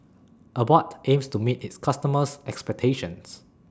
Abbott aims to meet its customers' expectations